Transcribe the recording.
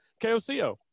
KOCO